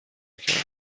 کردم